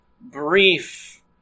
brief